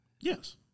Yes